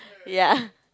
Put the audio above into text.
ya